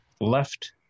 left